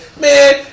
man